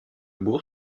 bourg